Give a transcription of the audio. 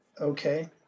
Okay